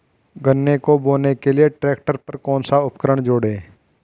गन्ने को बोने के लिये ट्रैक्टर पर कौन सा उपकरण जोड़ें?